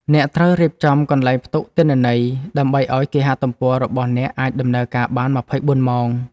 អ្នកត្រូវរៀបចំកន្លែងផ្ទុកទិន្នន័យ ដើម្បីឱ្យគេហទំព័ររបស់អ្នកអាចដំណើរការបាន ២៤ ម៉ោង។